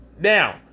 Now